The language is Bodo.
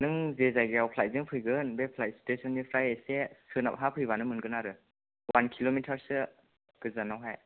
नों जे जायगायाव प्लाइटजों फैगोन बे प्लाइट स्टेसननिफ्राय एसे सोनाबहा फैबानो मोनगोन आरो वान किल'मिटारसो गोजानआवहाय